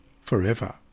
forever